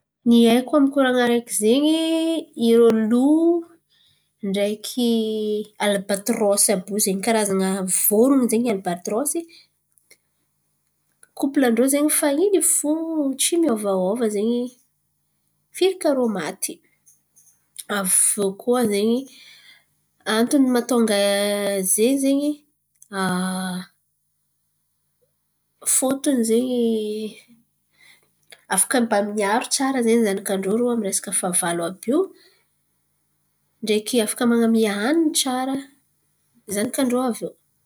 Ny haiko amy koran̈a araiky ze irô Lô ndraiky alibatirôsy àby io ze karazan̈a voron̈o zen̈y alibatorôsy kôplan-drô ze fa iny fo tsy miovaova zen̈y firika irô maty. Aviô koa zen̈y antony matonga ze zen̈y fôtiny ze afaka mba miaro tsara zen̈y zanakan-drô rô amy resaka fahavalo àby io ndraiky afaka man̈amIa, aniny tsara zanakan-drô aviô.